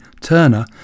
Turner